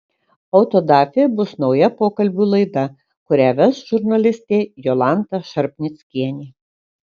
autodafė bus nauja pokalbių laida kurią ves žurnalistė jolanta šarpnickienė